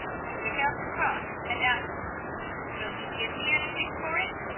he took out the cross and asked will she give me anything for it?